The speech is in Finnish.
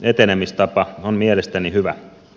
etenemistapa on mielestäni hyvä